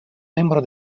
membro